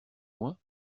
moi